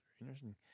interesting